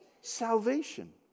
salvation